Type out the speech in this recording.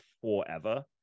forever